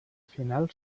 final